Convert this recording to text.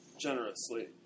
Generously